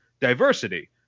diversity